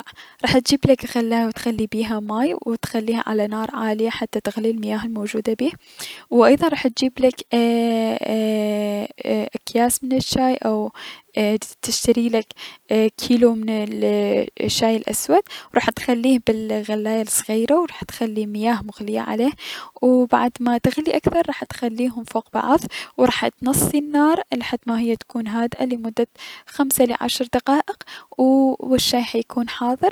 راح تجيبلك غلاية تغلي بيها الماي و راح تخليها على نار عالية حتى تغلي المياه الموجودة بيه و ايضا راح تجيبلك اي اي اي- اكياس من الشاي او تشتريلك كيلو من ال الشاي الأسود و راح تخليه بالغلايية الصغيرة و راح تخلي مياه مغلية عليه و بعد ما تغلي اكثر راح تخليهم فوق بعض و راح تنصي النار لحد ما هي تكون هاادئة لمدة خمسة لعشر دقائق و الشاي حيكون حاضر.